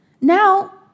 Now